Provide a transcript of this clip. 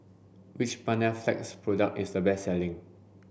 which Panaflex product is the best selling